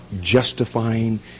justifying